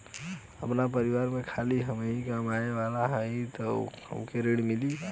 आपन परिवार में खाली हमहीं कमाये वाला हई तह हमके ऋण मिली?